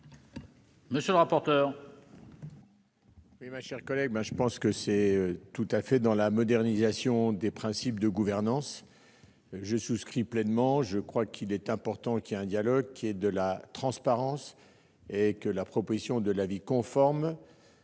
monsieur le rapporteur,